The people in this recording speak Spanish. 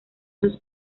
sus